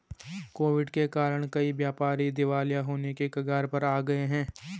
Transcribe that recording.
Covid के कारण कई व्यापारी दिवालिया होने की कगार पर आ गए हैं